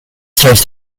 starts